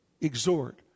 exhort